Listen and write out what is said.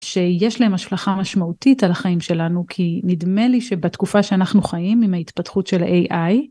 שיש להם השלכה משמעותית על החיים שלנו כי נדמה לי שבתקופה שאנחנו חיים עם ההתפתחות של ה-aiאl